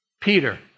Peter